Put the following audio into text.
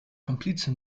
komplize